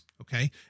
Okay